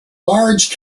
large